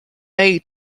made